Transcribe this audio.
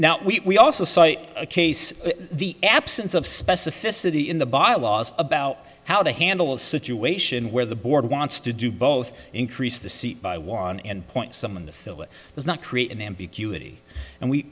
now now we also cite a case in the absence of specificity in the bylaws about how to handle a situation where the board wants to do both increase the seat by one and point someone to fill it does not create an ambiguity and we